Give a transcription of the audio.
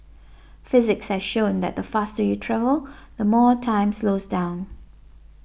physics has shown that the faster you travel the more time slows down